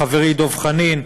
חברי דב חנין,